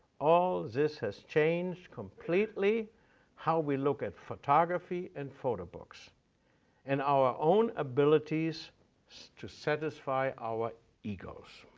all this has changed completely how we look at photography and photo books and our own abilities to satisfy our egos.